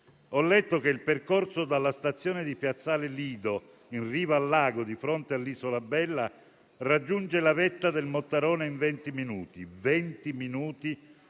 Ho letto che il percorso dalla stazione di Piazzale Lido in riva al lago di fronte all'Isola Bella raggiunge la vetta del Mottarone in venti minuti.